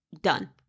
done